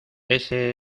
ese